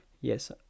Yes